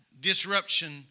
disruption